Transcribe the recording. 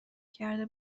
کرده